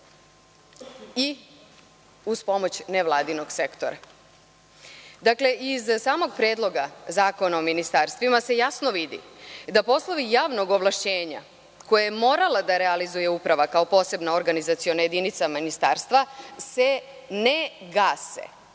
i uz pomoć nevladinog sektora. Iz samog Predloga zakona o ministarstvima se jasno vidi da poslovi javnog ovlašćenja koje je morala da realizuje Uprava kao posebna organizaciona jedinica ministarstva, se ne gase.